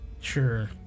Sure